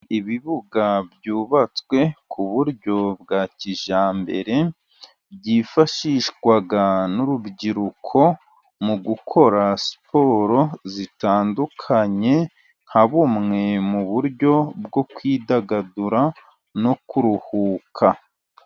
Ibibuga byubatswe ku buryo bwa kijyambere, byifashishwa n'urubyiruko mu gukora siporo zitandukanye, nka bumwe mu buryo bwo kwidagadura no kuruhuka.